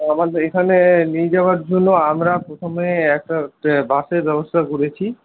আমাদের এখানে নিয়ে যাওয়ার জন্য আমরা প্রথমে একটা বাসের ব্যবস্থা করেছি